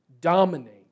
dominate